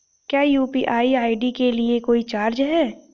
क्या UPI ID के लिए कोई चार्ज है?